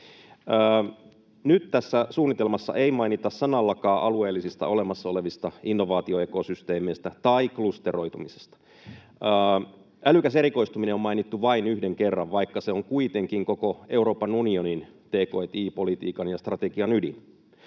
Nyt tässä suunnitelmassa ei mainita sanallakaan alueellisista olemassa olevista innovaatioekosysteemeistä tai klusteroitumisesta. Älykäs erikoistuminen on mainittu vain yhden kerran, vaikka se on kuitenkin koko Euroopan unionin t&k&i-politiikan ja strategian ydin.